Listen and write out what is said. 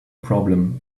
problem